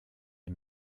les